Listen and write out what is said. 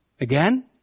again